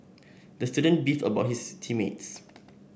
the student beefed about his team mates